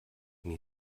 mir